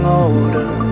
older